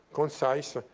concise, ah